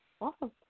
Awesome